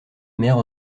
maire